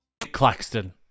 Claxton